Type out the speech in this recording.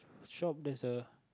shop there's a